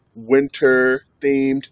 winter-themed